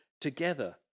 together